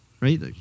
Right